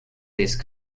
these